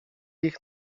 ich